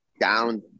down